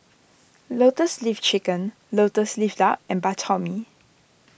Lotus Leaf Chicken Lotus Leaf Duck and Bak Chor Mee